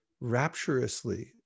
rapturously